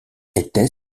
était